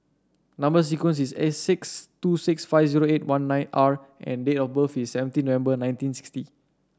number sequence is S two six five zero eight one nine R and date of birth is seventeen November nineteen sixty